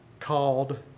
Called